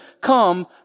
come